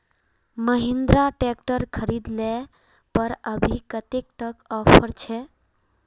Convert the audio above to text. Mahindra tractor खरीद ले पर अभी कतेक तक ऑफर छे?